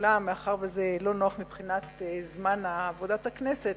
אולם מאחר שזה לא נוח מבחינת זמן עבודת הכנסת,